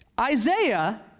Isaiah